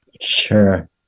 Sure